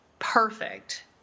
perfect